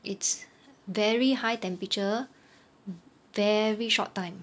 it's very high temperature mm very short time